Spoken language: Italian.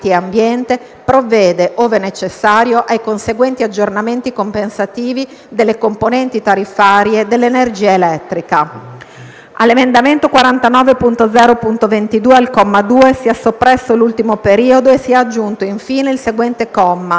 provvede, ove necessario, ai conseguenti aggiornamenti compensativi delle componenti tariffarie dell'energia elettrica."; all'emendamento 49.0.22, al comma 2 sia soppresso l'ultimo periodo e sia aggiunto, infine, il seguente comma: "3.